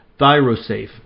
ThyroSafe